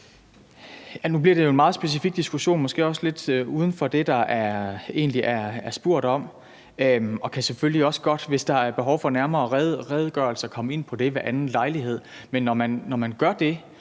Nu bliver det jo en meget specifik diskussion, måske også lidt uden for det, der egentlig er spurgt om. Jeg kan selvfølgelig også godt, hvis der er behov for nærmere redegørelser, komme ind på det ved anden lejlighed. Men når man gør det,